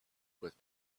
with